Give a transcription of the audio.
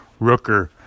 Rooker